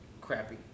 crappy